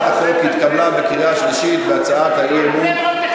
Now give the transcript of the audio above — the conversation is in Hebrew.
ההצעה ואומרת שאנחנו נגדיל את ההוצאה של התקציב רק ב-2.66%.